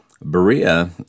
Berea